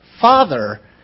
father